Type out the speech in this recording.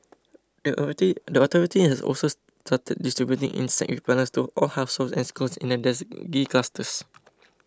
the authority has also started distributing insect repellents to all households and schools in the dengue clusters